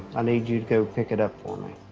i need you to go pick it up for me.